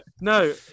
no